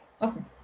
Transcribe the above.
Awesome